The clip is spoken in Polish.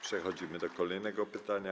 Przechodzimy do kolejnego pytania.